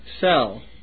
sell